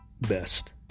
best